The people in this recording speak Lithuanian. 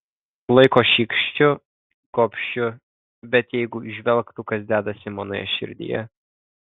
laiko šykščiu gobšiu bet jeigu įžvelgtų kas dedasi manoje širdyje